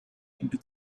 into